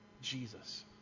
Jesus